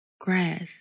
grass